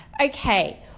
okay